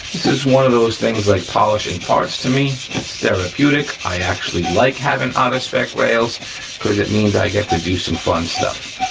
is one of those things like polishing parts to me, it's therapeutic, i actually like having out of spec rails cause it means i get to do some fun stuff,